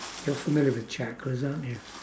you're familiar with chakras aren't you